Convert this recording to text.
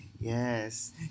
Yes